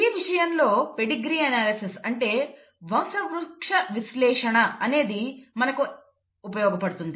ఈ విషయంలో pedigree analysis అంటే వంశ వృక్ష విశ్లేషణ అనేది మనకు ఉపయోగపడుతుంది